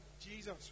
Jesus